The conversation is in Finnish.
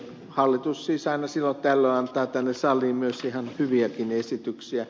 hallitus siis aina silloin tällöin antaa tänne saliin myös ihan hyviäkin esityksiä